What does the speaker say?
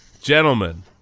Gentlemen